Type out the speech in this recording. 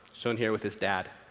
shown her with his dad.